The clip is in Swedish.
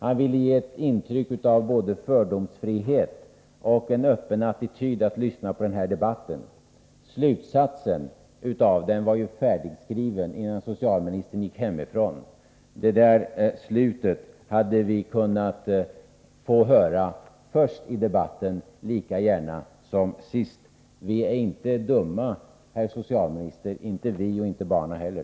Han ville ge ett intryck av fördomsfrihet och en öppen attityd till den här debatten. Men slutsatsen av den var färdigskriven innan socialministern gick hemifrån! Det där slutet hade vi kunnat få höra först i debatten lika gärna som sist. Vi är inte dumma, herr socialminister — inte vi, och inte barnen heller!